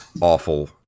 awful